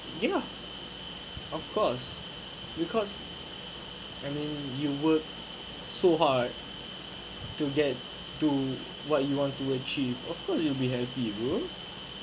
ya of course because I mean you work so hard to get to what you want to achieve of course you will be happy bro